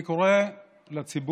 אני קורא לציבור: